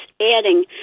adding